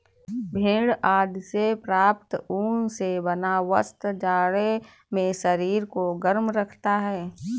भेड़ आदि से प्राप्त ऊन से बना वस्त्र जाड़े में शरीर को गर्म रखता है